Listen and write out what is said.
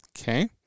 Okay